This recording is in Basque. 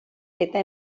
eta